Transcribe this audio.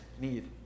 need